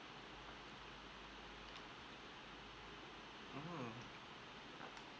mmhmm